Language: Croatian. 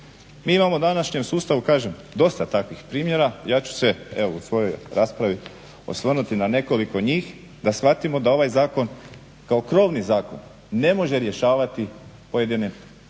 Mi imamo u današnjem sustavu kažem dosta takvih primjera. Ja ću se evo u svojoj raspravi osvrnuti na nekoliko njih da shvatimo da ovaj zakon kao krovni zakon ne može rješavati pojedine